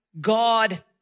God